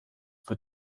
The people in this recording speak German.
wird